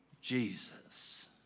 Jesus